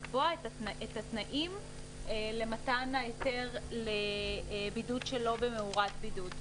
לקבוע למתן היתר לבידוד שלא במאורת בידוד,